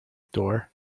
door